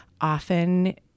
Often